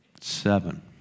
Seven